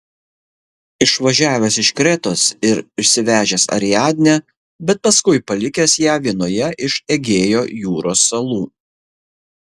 išvažiavęs iš kretos ir išsivežęs ariadnę bet paskui palikęs ją vienoje iš egėjo jūros salų